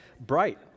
Bright